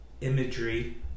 imagery